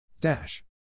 Dash